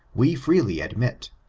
we freely admit.